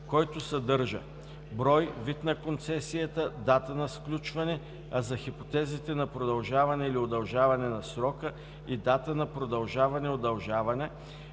който съдържа: брой; вид на концесията; дата на сключване, а за хипотезите на продължаване или увеличаване на срока – и дата на продължаване/удължаване;